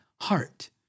heart